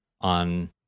on